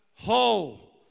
whole